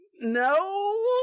No